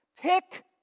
Pick